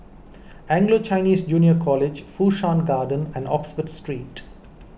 Anglo Chinese Junior College Fu Shan Garden and Oxford Street